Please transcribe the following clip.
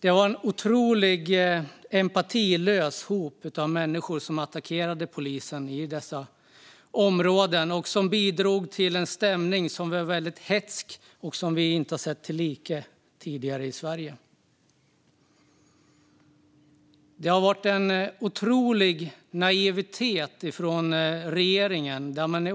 Det var en otroligt empatilös hop av människor som attackerade polisen i dessa områden och bidrog till en stämning som var väldigt hätsk och vars like vi tidigare inte sett i Sverige. Det har varit en otrolig naivitet från regeringen. Genom den